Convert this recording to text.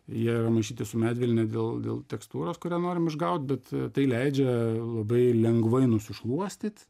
jie yra maišyti su medvilne dėl dėl tekstūros kurią norim išgaut bet tai leidžia labai lengvai nusišluostyt